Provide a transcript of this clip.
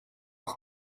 auch